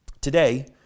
Today